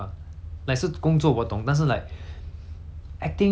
I think it's not an essential work lah like doesn't it only